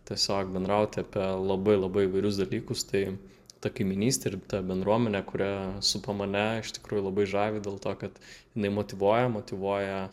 tiesiog bendrauti apie labai labai įvairius dalykus tai ta kaimynystė ir ta bendruomenė kuri supa mane iš tikrųjų labai žavi dėl to kad jinai motyvuoja motyvuoja